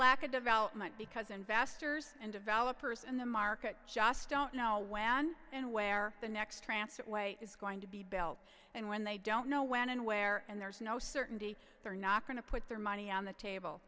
lack of development because investors and developers and the market just don't know when and where the next transport way is going to be belt and when they don't know when and where and there's no certainty they're not going to put their money on the table